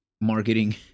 marketing